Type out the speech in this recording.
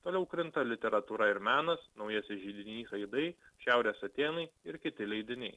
toliau krinta literatūra ir menas naujasis židinys veidai šiaurės atėnai ir kiti leidiniai